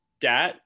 dat